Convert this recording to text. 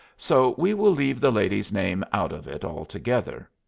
so we will leave the lady's name out of it altogether.